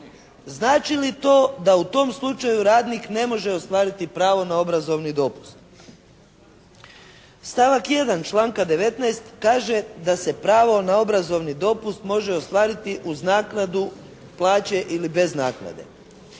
Znači li to da u tom slučaju radnik ne može ostvariti pravo na obrazovni dopust? Stavak 1. članka 19. kaže da se pravo na obrazovni dopust može ostvariti uz naknadu plaće ili bez naknade.